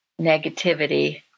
negativity